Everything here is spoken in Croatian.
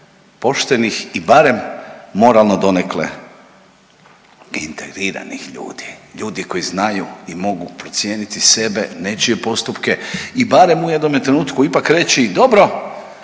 poštenih i barem moralno donekle integriranih ljudi, ljudi koji znaju i mogu procijeniti sebe, nečije postupke i barem u jednome trenutku ipak reći dobro